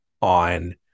on